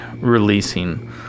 releasing